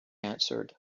answered